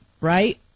Right